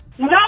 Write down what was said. No